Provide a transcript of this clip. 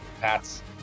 Pats